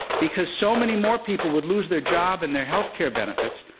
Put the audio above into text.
because so many more people would lose their job and their healthcare benefits,